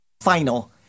final